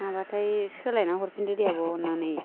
हाबाथाय सोलायना हरफिनदो दे आब' अननानै